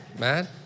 Man